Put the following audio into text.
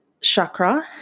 chakra